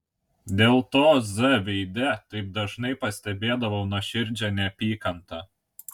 dėl to z veide taip dažnai pastebėdavau nuoširdžią neapykantą